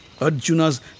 Arjuna's